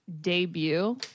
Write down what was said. debut